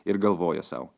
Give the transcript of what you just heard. ir galvoja sau